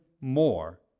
more